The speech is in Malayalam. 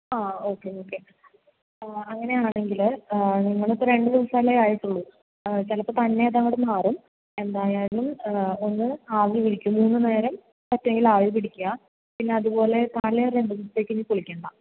ആ ഓക്കേ ഓക്കേ ആ അങ്ങനെ ആണെങ്കിൽ നിങ്ങളിപ്പോൾ രണ്ടു ദിവസമല്ലേ ആയിട്ടുള്ളൂ ചിലപ്പോൾ തന്നെ അത് അങ്ങോട്ട് മാറും എന്തായാലും ഒന്ന് ആവി പിടിക്ക് മൂന്ന് നേരം പറ്റുമെങ്കിൽ ആവി പിടിക്കുക പിന്നെ അതുപോലെ തല ഒരു രണ്ടു ദിവസത്തേക്ക് ഇനി കുളിക്കണ്ട